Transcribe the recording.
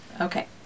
Okay